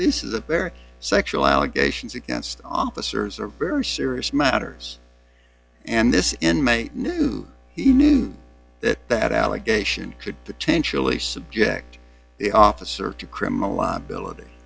this is a very sexual allegations against officers are very serious matters and this in may knew he knew that that allegation could potentially subject the officer to criminal liability